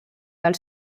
del